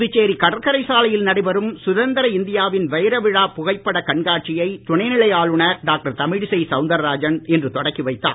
புதுச்சேரி கடற்சரை சாலையில் நடைபெறும் சுதந்திர இந்தியாவின் வைர விழா புகைப்படக் கண்காட்சியை துணைநிலை ஆளுநர் டாக்டர் தமிழிசை சவுந்தாராஜன் இன்று தொடக்கி வைத்தார்